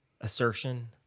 assertion